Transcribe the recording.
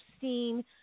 seen